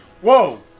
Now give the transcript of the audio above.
Whoa